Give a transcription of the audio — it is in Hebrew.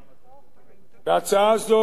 בהצעה זו אין היגיון